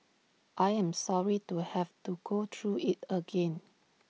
I am sorry to have to go through IT again